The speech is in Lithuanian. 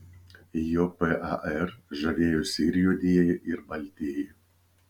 juo par žavėjosi ir juodieji ir baltieji